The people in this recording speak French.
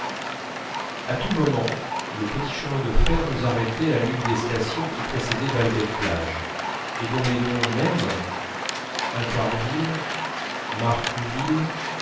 à tout moment le petit chemin de fer nous arrêtait à l'une des stations qui précédaient balbec plage et dont les noms mêmes